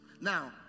Now